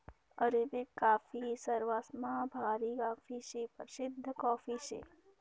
Arabic coffee सरवासमा भारी coffee शे, परशिद्ध कॉफी शे